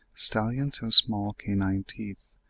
stallions have small canine teeth,